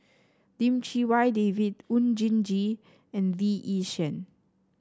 Lim Chee Wai David Oon Jin Gee and Lee Yi Shyan